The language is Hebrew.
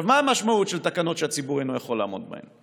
מה המשמעות של תקנות שהציבור אינו יכול לעמוד בהן?